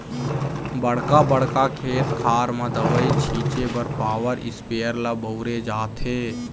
बड़का बड़का खेत खार म दवई छिंचे बर पॉवर इस्पेयर ल बउरे जाथे